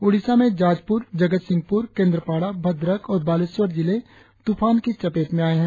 ओड़िशा में जाजपुर जगतसिंहपुर केंद्रपाड़ाभद्रक और बालेश्वर जिले तुफान की चपेंट में आए है